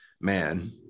man